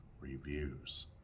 reviews